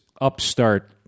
upstart